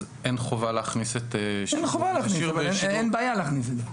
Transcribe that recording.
אז אין חובה להכניס --- אין חובה להכניס אבל אין בעיה להכניס את זה.